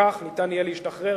כך יהיה אפשר להשתחרר